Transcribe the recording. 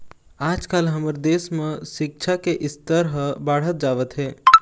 आजकाल हमर देश म सिक्छा के स्तर ह बाढ़त जावत हे